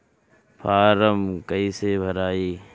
Form कईसे भराई?